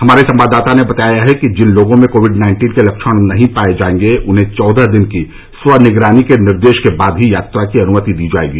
हमारे संवाददाता ने बताया है कि जिन लोगों में कोविड नाइन्टीन के लक्षण नहीं पाए जाएंगे उन्हें चौदह दिन की स्व निगरानी के निर्देश के बाद ही यात्रा की अनुमति दी जाएगी